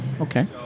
Okay